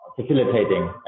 facilitating